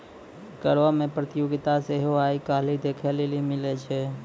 करो मे प्रतियोगिता सेहो आइ काल्हि देखै लेली मिलै छै